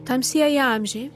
tamsieji amžiai